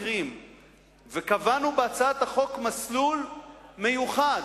קבענו בהצעת החוק מסלול מיוחד,